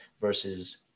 versus